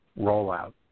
rollout